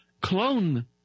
clone